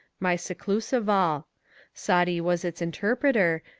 my seclu saval saadi was its interpreter,